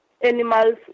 animals